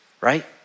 right